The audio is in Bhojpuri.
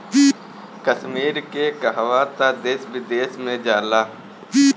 कश्मीर के कहवा तअ देश विदेश में जाला